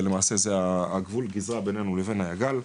שלמעשה זה הגבול גזרה בינינו לבין היג"ל,